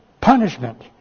punishment